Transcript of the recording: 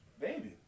Baby